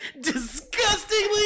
disgustingly